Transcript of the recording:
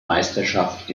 meisterschaft